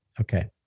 Okay